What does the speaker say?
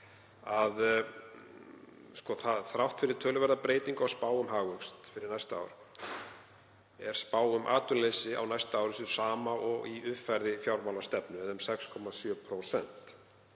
Þrátt fyrir töluverða breytingu á spá um hagvöxt fyrir næsta ár er spá um atvinnuleysi á næsta ári sú sama og í uppfærðri fjármálastefnu eða 6,7%.